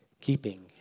Keeping